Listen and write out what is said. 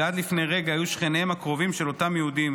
שעד לפני רגע היו שכניהם הקרובים של אותם יהודים,